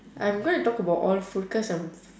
I'm gonna talk about all food cause I'm